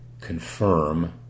confirm